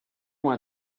wanna